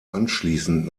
anschließend